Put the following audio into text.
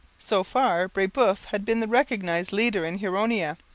so far brebeuf had been the recognized leader in huronia.